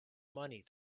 money